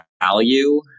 value